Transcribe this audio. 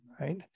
right